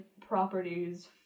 properties